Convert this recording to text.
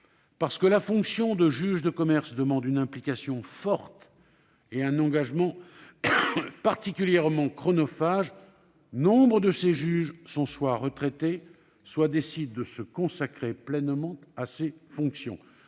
Parce que la fonction de juge de commerce demande une implication forte et un engagement particulièrement chronophage, nombre de ces juges sont retraités ou décident de se consacrer pleinement à leurs fonctions.